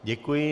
Děkuji.